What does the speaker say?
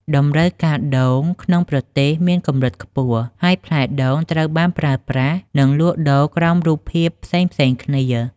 តម្រូវការដូងនៅក្នុងប្រទេសមានកម្រិតខ្ពស់ ហើយផ្លែដូងត្រូវបានប្រើប្រាស់ និងលក់ដូរក្រោមរូបភាពផ្សេងៗគ្នា។